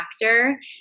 factor